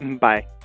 Bye